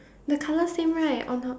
the colour same right or not